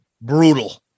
brutal